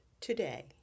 today